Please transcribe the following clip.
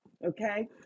Okay